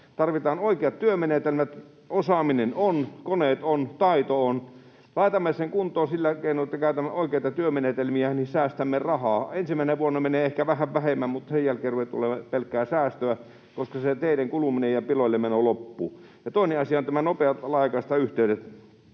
Tarvitaan oikeat työmenetelmät, osaaminen on, koneet on, taito on. Laitamme sen kuntoon sillä keinoin, että käytämme oikeita työmenetelmiä, ja säästämme rahaa. Ensimmäisenä vuonna menee ehkä vähän enemmän, mutta sen jälkeen rupeaa tulemaan pelkkää säästöä, koska se teiden kuluminen ja piloille meno loppuu. Ja toinen asia ovat tämä nopeat laajakaistayhteydet.